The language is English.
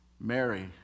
Mary